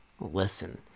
listen